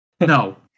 No